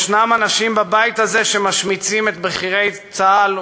יש אנשים בבית הזה שמשמיצים את בכירי צה"ל,